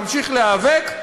להמשיך להיאבק,